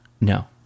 No